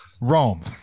Rome